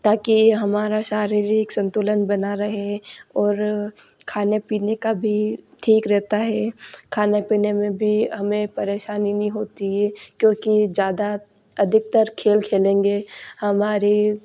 ताकि हमारा शारीरिक संतुलन बना रहे और खाने पीने का भी ठीक रहता है खाना पीने में भी हमें परेशानी नई होती है क्योंकि ज्यादा अधिकतर खेल खेलेंगे हमारी